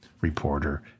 reporter